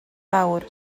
fawr